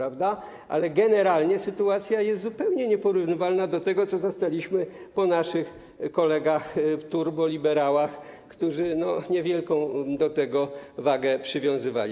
Ale generalnie sytuacja jest zupełnie nieporównywalna do tego, co zastaliśmy po naszych kolegach turboliberałach, którzy niewielką do tego wagę przywiązywali.